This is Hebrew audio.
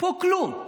פה, כלום.